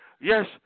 Yes